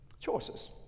choices